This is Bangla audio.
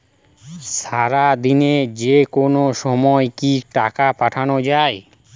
সারাদিনে যেকোনো সময় কি টাকা পাঠানো য়ায়?